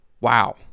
wow